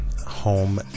home